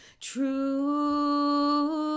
true